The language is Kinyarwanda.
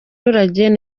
banyagihugu